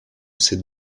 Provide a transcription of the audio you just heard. ses